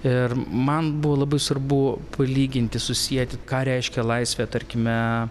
ir man buvo labai svarbu palyginti susieti ką reiškia laisvė tarkime